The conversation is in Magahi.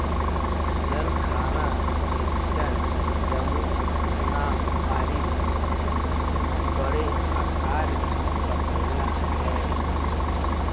जरखाना बीटल जमुनापारी बड़े आकार की बकरियाँ हई